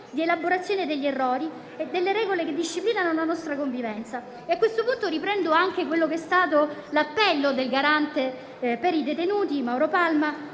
di elaborazione degli errori e delle regole che disciplinano la nostra convivenza. A tale proposito, riprendo anche l'appello del garante per i detenuti Mauro Palma,